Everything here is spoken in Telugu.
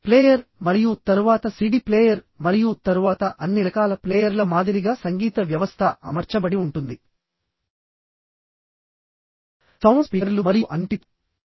ప్లేయర్ మరియు తరువాత సిడి ప్లేయర్ మరియు తరువాత అన్ని రకాల ప్లేయర్ల మాదిరిగా సంగీత వ్యవస్థ అమర్చబడి ఉంటుంది సౌండ్ స్పీకర్లు మరియు అన్నింటితో